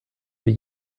für